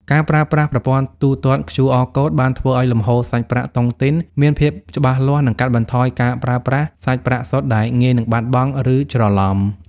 ការប្រើប្រាស់ប្រព័ន្ធទូទាត់ QR Code បានធ្វើឱ្យលំហូរសាច់ប្រាក់តុងទីនមានភាពច្បាស់លាស់ និងកាត់បន្ថយការប្រើប្រាស់សាច់ប្រាក់សុទ្ធដែលងាយនឹងបាត់បង់ ឬច្រឡំ។